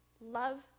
love